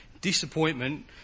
disappointment